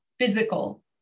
physical